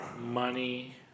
Money